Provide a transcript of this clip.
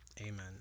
amen